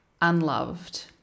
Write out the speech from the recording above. unloved